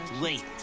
Late